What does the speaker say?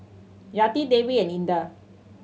Yati Dewi and Indah